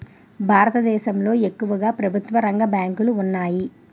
భారతదేశంలో ఎక్కువుగా ప్రభుత్వరంగ బ్యాంకులు ఉన్నాయి